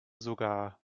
sogar